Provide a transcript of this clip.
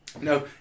No